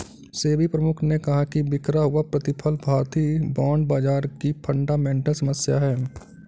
सेबी प्रमुख ने कहा कि बिखरा हुआ प्रतिफल भारतीय बॉन्ड बाजार की फंडामेंटल समस्या है